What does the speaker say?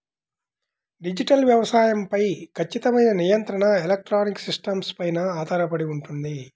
digital వ్యవసాయం పై ఖచ్చితమైన నియంత్రణ ఎలక్ట్రానిక్ సిస్టమ్స్ పైన ఆధారపడి ఉంటుంది